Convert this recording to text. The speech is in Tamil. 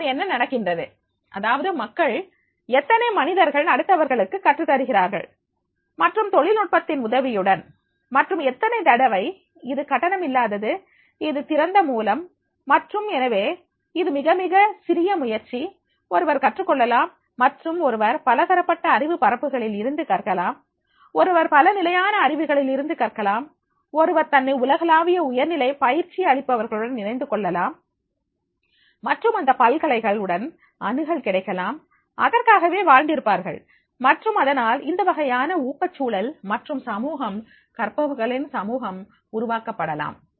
இப்போது என்ன நடக்கின்றது அதாவது மக்கள் எத்தனை மனிதர்கள் அடுத்தவர்களுக்கு கற்றுத்தருகிறார்கள் மற்றும் தொழில்நுட்பத்தின் உதவியுடன் மற்றும் எத்தனை தடவை இது கட்டணம் இல்லாதது இது சிறந்த மூலம் மற்றும் எனவே இது மிக மிக மிக சிறிய முயற்சி ஒருவர் கற்றுக் கொள்ளலாம் மற்றும் ஒருவர் பலதரப்பட்ட அறிவு பரப்புகளில் இருந்து கற்கலாம் ஒருவர் பல நிலைகளான அறிவுகளிலிருந்து கற்கலாம் ஒருவர் தன்னை உலகளாவிய உயர்நிலை பயிற்சி அளிப்பவர்களுடன் இணைத்துக்கொள்ளலாம் மற்றும் அந்த பல்கலைகள் உடன் அணுகல் கிடைக்கலாம் அதற்காகவே வாழ்ந்திருப்பார்கள் மற்றும் அதனால் இந்த வகையான ஊக்க சூழல் மற்றும் சமூகம் கற்பவர்களின் சமூகம் உருவாக்கப்படலாம்